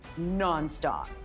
nonstop